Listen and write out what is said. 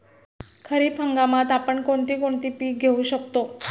खरीप हंगामात आपण कोणती कोणती पीक घेऊ शकतो?